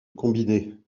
combinés